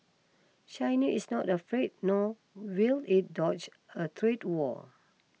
China is not afraid nor will it dodge a trade war